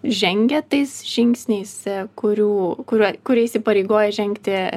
žengia tais žingsniais kurių kuriuo kurie įsipareigoja žengti